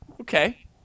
Okay